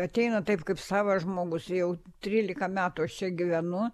ateina taip kaip savas žmogus jau trylika metų aš čia gyvenu